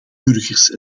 burgers